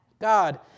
God